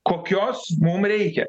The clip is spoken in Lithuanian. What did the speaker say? kokios mum reikia